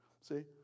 See